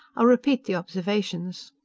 repeat the observations.